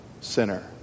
sinner